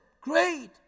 Great